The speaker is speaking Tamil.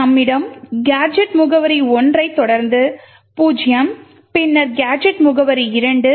எனவே நம்மிடம் கேஜெட் முகவரி 1 ஐத் தொடர்ந்து 0 பின்னர் கேஜெட் முகவரி 2